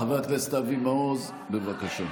חבר הכנסת אבי מעוז, בבקשה.